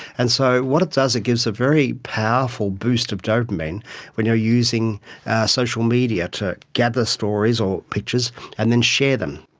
and so what it does, it gives a very powerful boost of dopamine when you are using social media to gather stories or pictures and then share them.